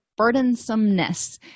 burdensomeness